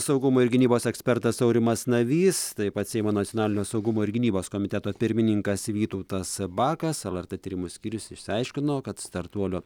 saugumo ir gynybos ekspertas aurimas navys taip pat seimo nacionalinio saugumo ir gynybos komiteto pirmininkas vytautas bakas lrt tyrimų skyrius išsiaiškino kad startuolio